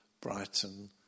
Brighton